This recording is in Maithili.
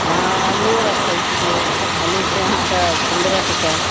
हँ आलुओ रखैत छियै आलू छै अहाँके पन्द्रह टके